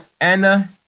Anna